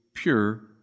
Pure